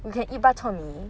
you can eat bak chor mee